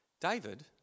David